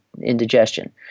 indigestion